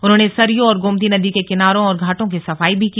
उन्होंने सरयू और गोमती नदी के किनारों और घाटों की सफाई की